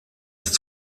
ist